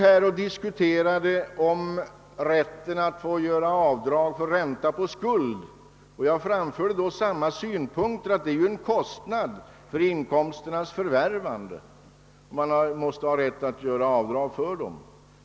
Jag diskuterade här rätten att få göra avdrag för ränta på skuld. Jag framförde då samma synpunkter som nu, nämligen att det är en kostnad för inkomsternas förvärvande och att man måste ha rätt att göra avdrag för den kostnaden.